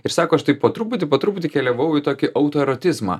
ir sako aš taip po truputį po truputį keliavau į tokį autoerotizmą